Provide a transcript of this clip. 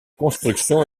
construction